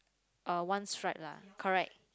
uh one stripe lah correct